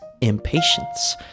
impatience